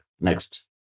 next